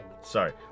Sorry